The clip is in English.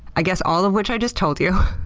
i guess all of which i just told you,